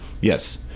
Yes